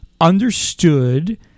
understood